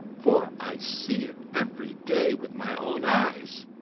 for i see it every day with my own eyes.